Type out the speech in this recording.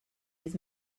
his